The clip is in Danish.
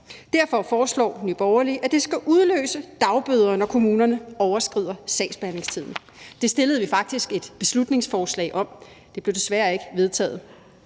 Derfor foreslår Nye Borgerlige, at det skal udløse dagbøder, når kommunerne overskrider sagsbehandlingstiden. Det fremsatte vi faktisk et beslutningsforslag om – det blev desværre ikke vedtaget.